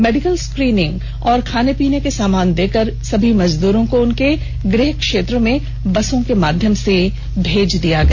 medical screening और खाने पीने के सामान देकर सभी मजदूरों को उनके गृह क्षेत्र में बसों के माध्यम से भेज दिया गया